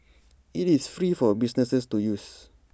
IT is free for businesses to use